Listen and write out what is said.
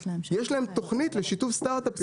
יש להם תוכנית לשיתוף סטארט-אפים,